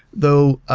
though